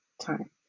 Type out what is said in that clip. time